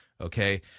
okay